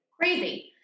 Crazy